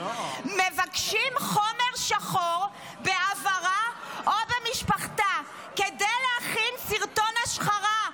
"מבקשים חומר שחור בעברה או במשפחתה כדי להכין סרטון השחרה",